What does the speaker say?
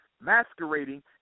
masquerading